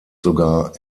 sogar